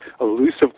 elusive